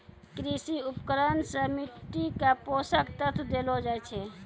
कृषि उपकरण सें मिट्टी क पोसक तत्व देलो जाय छै